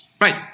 Right